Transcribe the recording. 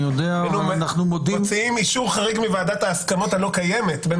היינו מוציאים אישור חריג מוועדת ההסכמות הלא קיימת בין